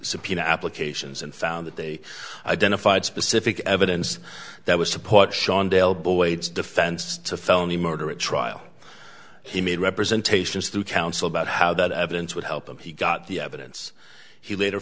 subpoena applications and found that they identified specific evidence that would support shawn dale boyd's defense to felony murder at trial he made representations to counsel about how that evidence would help them he got the evidence he later